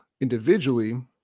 individually